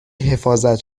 حفاظت